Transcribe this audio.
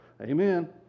Amen